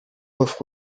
offre